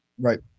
Right